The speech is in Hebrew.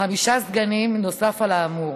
חמישה סגנים נוסף על האמור.